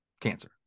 cancer